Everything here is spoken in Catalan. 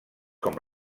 com